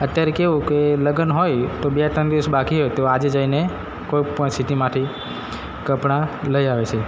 અત્યારે કેવું કે લગ્ન હોય તો બે ત્રણ દિવસ બાકી હોય તો આજે જઈને કોઈ પણ સીટીમાંથી કપડાં લઈ આવે છે